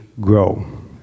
grow